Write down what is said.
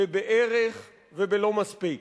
בבערך ובלא מספיק,